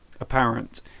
apparent